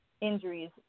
injuries